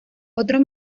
otro